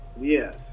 Yes